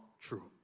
true